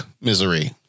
Misery